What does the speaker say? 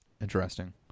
interesting